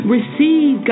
Receive